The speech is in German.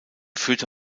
führte